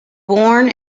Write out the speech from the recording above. born